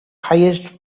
highest